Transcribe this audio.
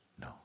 No